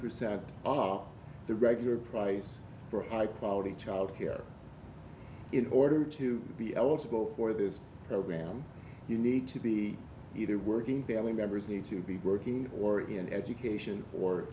percent of the regular price for high quality child care in order to be eligible for this program you need to be either working family members need to be working or in education or